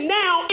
now